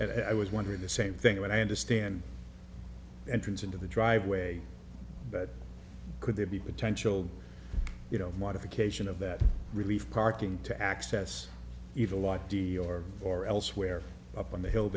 and i was wondering the same thing and i understand entrance into the driveway but could there be potential you know modification of that relief parking to access even a lot d or or elsewhere up on the hill